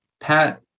Pat